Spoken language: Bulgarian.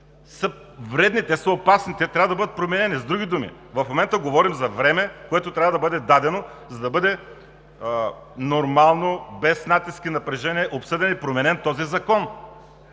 са вредни, те са опасни, те трябва да бъдат променени. С други думи, в момента говорим за време, което трябва да бъде дадено, за да бъде нормално обсъден и променен този закон,